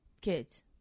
kids